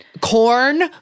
corn